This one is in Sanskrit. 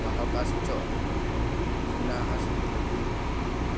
वाहकाश्च न्यूनाः सन्ति